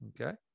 Okay